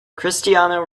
cristiano